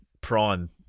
prime